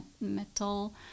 metal